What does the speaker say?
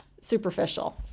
superficial